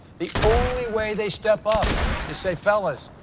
the only way they step up is say, fellas,